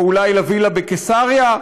או אולי לווילה בקיסריה,